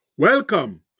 Welcome